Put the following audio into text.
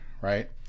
right